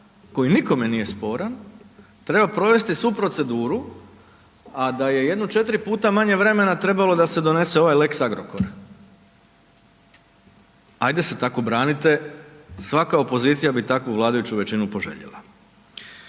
koji nikome nije sporan, treba provesti svu proceduru a da je jedno 4 puta manje vremena trebalo da se donese ovaj lex Agrokor. Ajde se tako branite, svaka opozicija bi takvu vladajuću većinu poželjela.